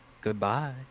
Goodbye